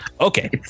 Okay